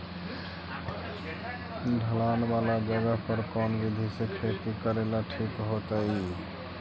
ढलान वाला जगह पर कौन विधी से खेती करेला ठिक होतइ?